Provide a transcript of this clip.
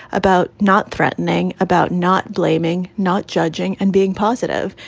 about not threatening, about not blaming, not judging and being positive,